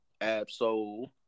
Absol